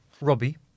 Robbie